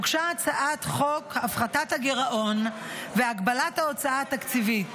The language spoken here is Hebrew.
הוגשה הצעת חוק הפחתת הגירעון והגבלת ההוצאה התקציבית